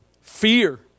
fear